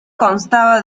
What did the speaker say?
constaba